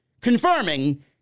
confirming